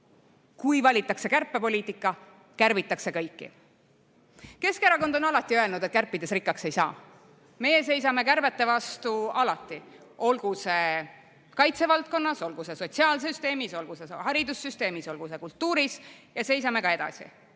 Kui valitakse kärpepoliitika, kärbitakse kõiki. Keskerakond on alati öelnud, et kärpides rikkaks ei saa. Meie seisame kärbete vastu alati, olgu kaitsevaldkonnas, olgu sotsiaalsüsteemis, olgu haridussüsteemis või olgu kultuuris, ja seisame ka edasi.